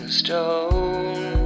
stone